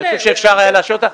אני חושב שאפשר היה לאשר אותה.